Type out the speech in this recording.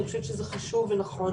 אני חושבת שזה חשוב ונכון.